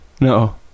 No